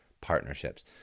partnerships